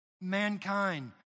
mankind